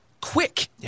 quick